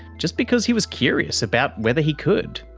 just because he was curious about whether he could.